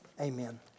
amen